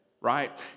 right